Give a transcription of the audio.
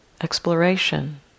exploration